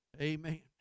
Amen